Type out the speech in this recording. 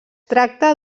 tracta